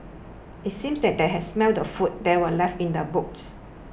it seemed that they had smelt the food that were left in the boot